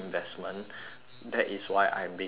that is why I'm being enslave